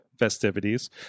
festivities